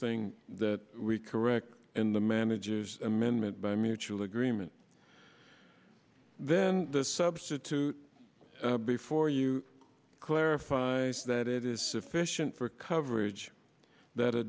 thing that we correct in the manager's amendment by mutual agreement then the substitute before you clarifies that it is sufficient for coverage that a